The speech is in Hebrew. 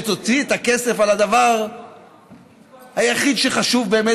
שתוציא את הכסף על הדבר היחיד שחשוב באמת,